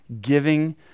giving